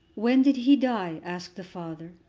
when did he die? asked the father.